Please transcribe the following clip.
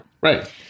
Right